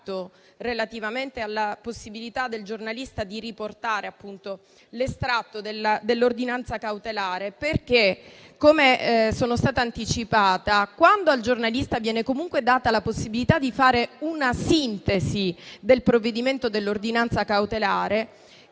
relativamente alla possibilità del giornalista di riportare l'estratto dell'ordinanza cautelare. Infatti, quando al giornalista viene comunque data la possibilità di fare una sintesi del provvedimento dell'ordinanza cautelare,